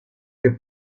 que